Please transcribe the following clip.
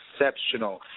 exceptional